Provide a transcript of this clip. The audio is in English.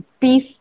peace